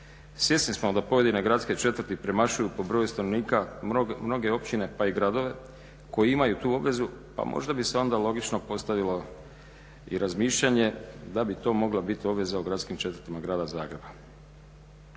Svjesni smo da pojedine gradske četvrti premašuju po broju stanovnika mnoge općine pa i gradove koji imaju tu obvezu pa možda bi se onda logično postavilo i razmišljanje da bi to mogla biti obveza u gradskim četvrtima grada Zagreba.